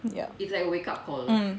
ya mm